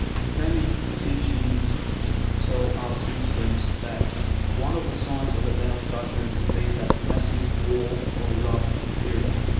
islamic teachings tell us muslims that one of the signs of the day of judgment will be that a massive war will erupt in syria